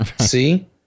see